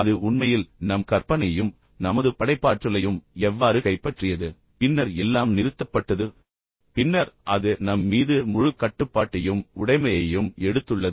அது உண்மையில் நம் கற்பனையையும் நமது படைப்பாற்றலையும் எவ்வாறு கைப்பற்றியது பின்னர் எல்லாம் நிறுத்தப்பட்டது பின்னர் அது நம் மீது முழு கட்டுப்பாட்டையும் உடைமையையும் எடுத்துள்ளது